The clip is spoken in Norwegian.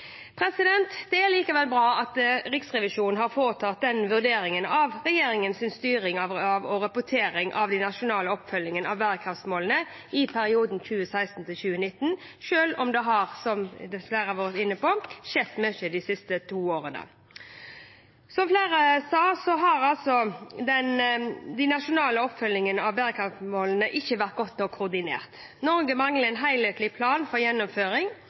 Det er likevel bra at Riksrevisjonen har foretatt en vurdering av regjeringens styring og rapportering om den nasjonale oppfølgingen av bærekraftsmålene i perioden 2016–2019, selv om det har, som en har vært inne på, skjedd mye de siste to årene. Som flere har sagt, har de nasjonale oppfølgingene av bærekraftsmålene ikke vært godt nok koordinert. Norge mangler en helhetlig plan for gjennomføring,